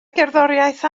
gerddoriaeth